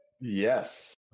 yes